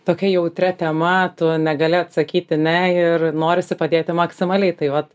tokia jautria tema tu negali atsakyti ne ir norisi padėti maksimaliai tai vat